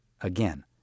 Again